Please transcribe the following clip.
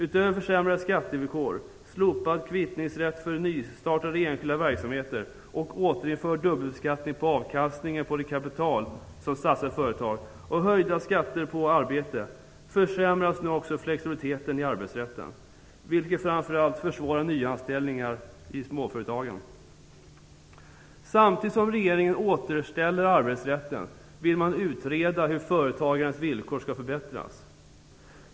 Utöver försämrade skattevillkor, slopad kvittningsrätt för nystartade enskilda verksamheter, återinförd dubbelbeskattning på avkastningen på de kapital som satsats i företagen och höjda skatter på arbete försämras nu också flexibiliteten i arbetsrätten, vilket framför allt försvårar nyanställningar i småföretagen. Samtidigt som regeringen återställer arbetsrätten vill den utreda hur företagens villkor skall förbättras.